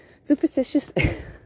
superstitious